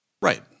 Right